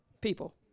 people